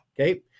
Okay